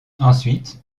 ensuite